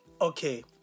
okay